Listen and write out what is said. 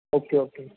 okay okay